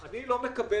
אני לא מקבל,